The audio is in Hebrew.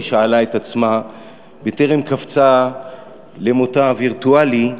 היא שאלה את עצמה בטרם קפצה אל מותה הווירטואלי,